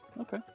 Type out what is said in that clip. okay